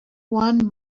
won